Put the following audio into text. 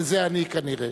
וזה אני, כנראה.